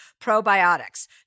probiotics